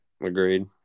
Agreed